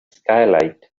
skylight